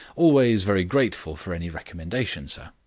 always very grateful for any recommendation, sir.